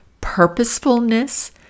purposefulness